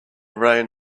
reign